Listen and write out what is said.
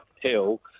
hill